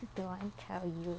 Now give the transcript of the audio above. don't want tell you